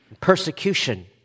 persecution